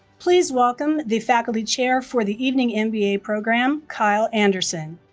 please welcome the faculty chair for the evening and mba program, kyle anderson.